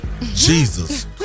Jesus